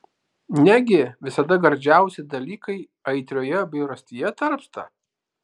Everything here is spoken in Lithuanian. negi visada gardžiausi dalykai aitrioje bjaurastyje tarpsta